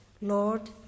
Lord